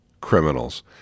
criminals